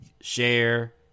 share